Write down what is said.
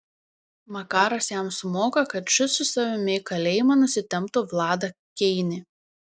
makaras jam sumoka kad šis su savimi į kalėjimą nusitemptų vladą keinį